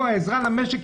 פה עזרה למשק,